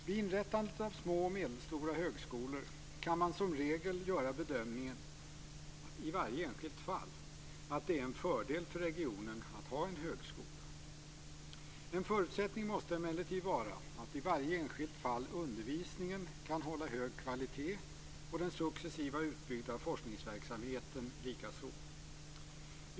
Vid inrättandet av små och medelstora högskolor kan man som regel göra bedömningen i varje enskilt fall att det är en fördel för regionen att ha en högskola. En förutsättning måste emellertid vara att undervisningen i varje enskilt fall kan hålla hög kvalitet och den successivt utbyggda forskningsverksamheten likaså.